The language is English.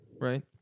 right